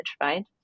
right